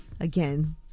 again